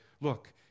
look